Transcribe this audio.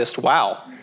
wow